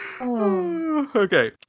okay